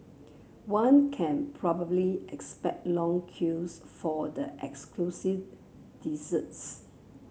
one can probably expect long queues for the exclusive desserts